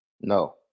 No